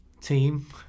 team